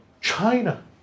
China